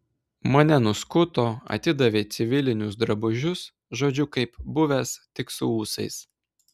mane nuskuto atidavė civilinius drabužius žodžiu kaip buvęs tik su ūsais